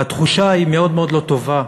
והתחושה היא מאוד מאוד לא טובה.